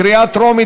קריאה טרומית.